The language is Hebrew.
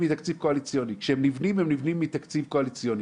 כשהם נבנים, הם נבנים מתקציב קואליציוני.